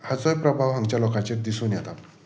हाचोय प्रभाव हांगच्या लोकांचेर दिसून येता